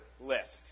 list